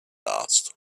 asked